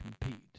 compete